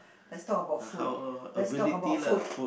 let's talk about food let's talk about food